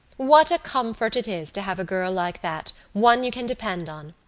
what a comfort it is to have a girl like that, one you can depend on!